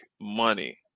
money